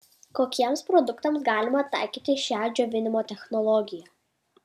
kokiems produktams galima taikyti šią džiovinimo technologiją